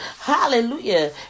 Hallelujah